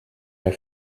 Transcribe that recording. her